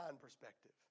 perspective